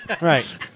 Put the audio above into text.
Right